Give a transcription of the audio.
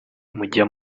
mujya